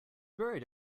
buried